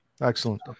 Excellent